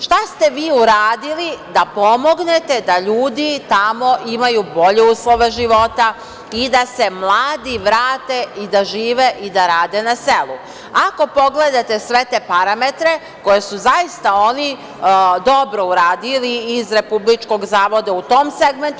Šta ste vi uradili da pomognete da ljudi tamo imaju bolje uslove života i da se mladi vrati i da žive i da rade na selu, ako pogledate sve te parametre, koje su zaista oni dobro uradili iz Republičkog zavoda u tom segmentu?